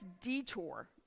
detour